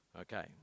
Okay